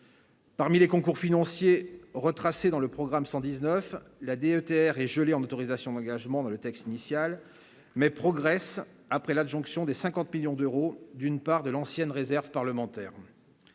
Parmi les concours financiers retracée dans le programme 119 la des et gelé en autorisations d'engagement dans le texte initial mais progresse après l'adjonction des 50 millions d'euros, d'une part de l'ancienne réserve parlementaire